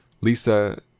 Lisa